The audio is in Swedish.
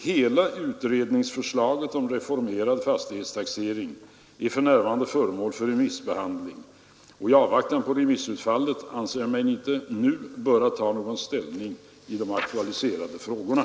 Hela utredningsförslaget om reformerad fastighetstaxering är för närvarande föremål för remissbehandling. I avvaktan på remissutfallet anser jag mig nu inte böra ta någon ställning i de aktualiserade frågorna.